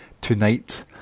tonight